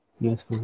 Yes